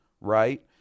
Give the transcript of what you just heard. right